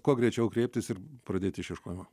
kuo greičiau kreiptis ir pradėt išieškojimą